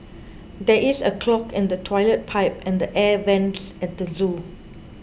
there is a clog in the Toilet Pipe and the Air Vents at the zoo